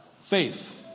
Faith